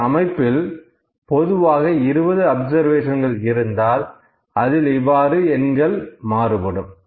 ஒரு அமைப்பில் பொதுவாக 20 அப்சர்வேஷன் இருந்தால் அதில் இவ்வாறு எண்கள் மாறுபடும்